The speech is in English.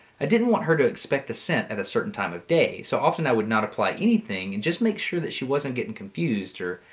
i didn't want her to expect a scent at a certain time of day so often i would not apply anything and just make sure that she wasn't getting confused or,